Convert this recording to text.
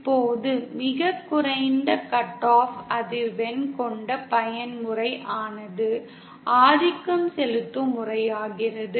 இப்போது மிகக் குறைந்த கட் ஆஃப் அதிர்வெண் கொண்ட பயன்முறையானது ஆதிக்கம் செலுத்தும் முறையாகிறது